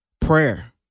Prayer